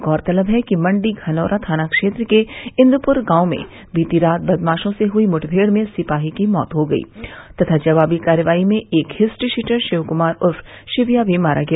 गौरतलब है कि मंडी धनौरा थाना क्षेत्र के इन्द्रपुर गांव में बीती रात बदमाशों से हुई मुठभेड़ में सिपाही की मौत हो गई तथा जवाबी कार्रवाई में एक हिस्ट्रीशीटर शिवक्मार उर्फ शिविया भी मारा गया